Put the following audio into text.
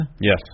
Yes